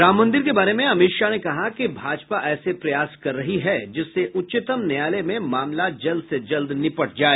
राममंदिर के बारे में अमित शाह ने कहा कि भाजपा ऐसे प्रयास कर रही है जिससे उच्चतम न्यायालय में मामला जल्द से जल्द निपट जाए